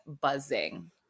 buzzing